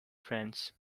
friends